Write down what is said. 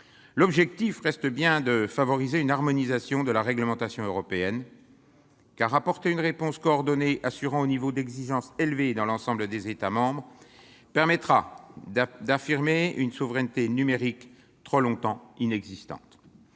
l'objectif reste bien de favoriser une harmonisation de la réglementation européenne. Apporter une réponse coordonnée garantissant un niveau d'exigence élevé dans l'ensemble des États membres permettra d'affirmer une souveraineté numérique trop longtemps inexistante.